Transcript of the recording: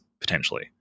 potentially